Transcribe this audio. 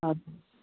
हजुर